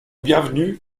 bienvenu